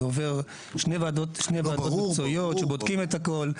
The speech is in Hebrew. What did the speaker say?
זה עובר שתי וועדות מקצועיות שבודקות את הכל.